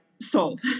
sold